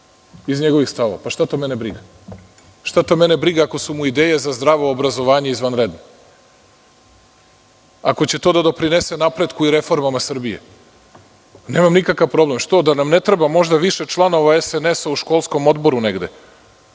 iz njegovih stavova. Šta to mene briga? Šta to mene briga ako su mu ideje za zdravo obrazovanje izvanredne, ako će to da doprinese napretku i reformama Srbije? Nemam nikakav problem. Što? Da nam ne treba možda više članova SNS u školskom odboru negde?